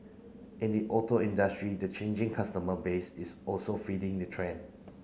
in the auto industry the changing customer base is also feeding the trend